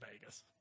Vegas